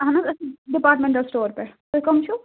اَہَن حظ أسۍ چھِ ڈِپارٹمٮ۪نٛٹل سِٹور پٮ۪ٹھ تُہۍ کۄم چھُو